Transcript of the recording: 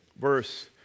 verse